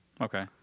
Okay